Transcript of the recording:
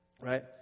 Right